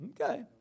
Okay